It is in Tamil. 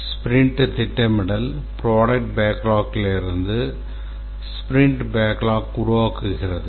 ஸ்பிரிண்ட் திட்டமிடல் ப்ரோடக்ட் பேக்லாக்கிலிருந்து ஸ்பிரிண்ட் பேக்லாக் உருவாக்குகிறது